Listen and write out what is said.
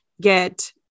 get